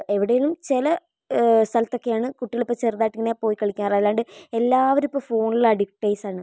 എവിടേലും ചില സ്ഥലത്തൊക്കെയാണ് കുട്ടികളിപ്പം ചെറുതായിട്ട് ഇങ്ങനെ പോയികളിക്കാറ് അല്ലാണ്ട് എല്ലാവരും ഇപ്പോൾ ഫോണില് അഡിക്റ്റേഴ്സാണ്